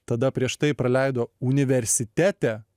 tada prieš tai praleido universitete